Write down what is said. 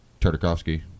Tartakovsky